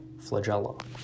flagella